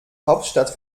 hauptstadt